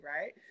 right